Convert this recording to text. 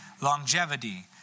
longevity